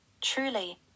Truly